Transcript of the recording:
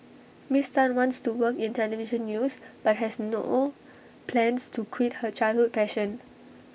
miss Tan wants to work in Television news but has no plans to quit her childhood passion